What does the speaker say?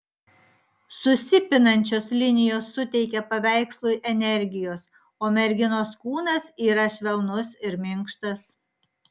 susipinančios linijos suteikia paveikslui energijos o merginos kūnas yra švelnus ir minkštas